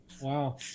Wow